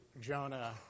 Jonah